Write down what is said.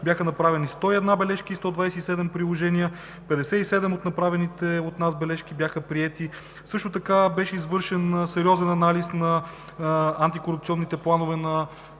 бяха направени 101 бележки и 127 приложения, като 57 от направените от нас бележки бяха приети. Беше извършен сериозен анализ на антикорупционните планове на